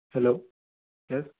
hello yes